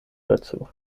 dazu